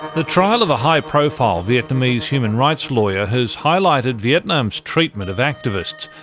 the trial of a high profile vietnamese human rights lawyer has highlighted vietnam's treatment of activists.